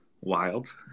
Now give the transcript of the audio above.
wild